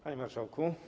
Panie Marszałku!